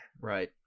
Right